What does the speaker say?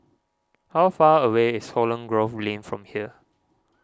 how far away is Holland Grove Lane from here